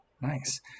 nice